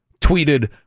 tweeted